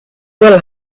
will